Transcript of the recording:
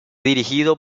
dirigido